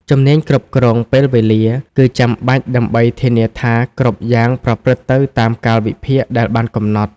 ជំនាញគ្រប់គ្រងពេលវេលា គឺចាំបាច់ដើម្បីធានាថាគ្រប់យ៉ាងប្រព្រឹត្តទៅតាមកាលវិភាគដែលបានកំណត់។